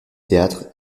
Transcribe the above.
théâtre